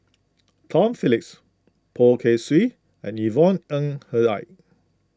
Tom Phillips Poh Kay Swee and Yvonne Ng Uhde